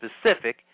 specific